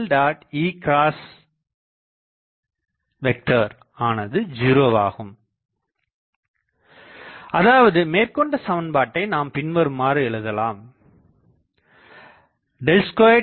E யானது 0 ஆகும் அதாவது மேற்கண்ட சமன்பாட்டை நாம் பின்வருமாறு எழுதலாம் ▼2Ek02